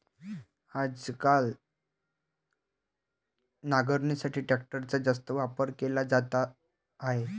आजकाल नांगरणीसाठी ट्रॅक्टरचा जास्त वापर केला जात आहे